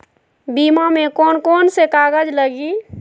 बीमा में कौन कौन से कागज लगी?